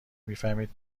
میفهمید